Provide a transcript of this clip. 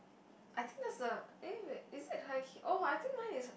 I think that's the eh wait is it high h~ oh I think mine is